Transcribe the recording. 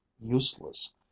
useless